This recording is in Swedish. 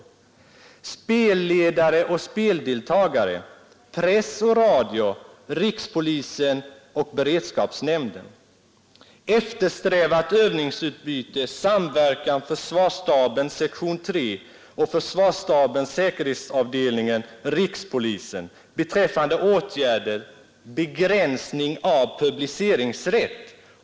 Under rubriken Spelledare och speldeltagare finner man press och radio, rikspolisen och beredskapsnämnden. Såsom Eftersträvat övningsutbyte anges samverkan försvarsstaben säkerhetsavdelningen/rikspolisen beträffande åtgärder samt begränsning av publiceringsrätt.